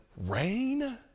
rain